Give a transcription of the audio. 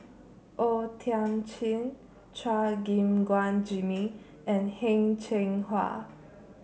O Thiam Chin Chua Gim Guan Jimmy and Heng Cheng Hwa